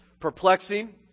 perplexing